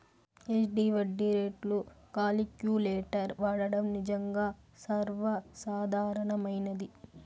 SD వడ్డీ రేట్లు calculator వాడడం నిజంగా సర్వసాధారణమైనది